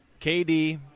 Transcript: KD